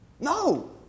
No